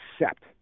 accept